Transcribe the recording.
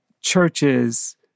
churches